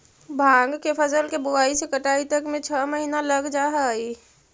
भाँग के फसल के बुआई से कटाई तक में छः महीना लग जा हइ